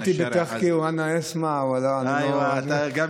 בכביש.) (אומר בערבית: אתה מדבר ואני שומע.) איווא.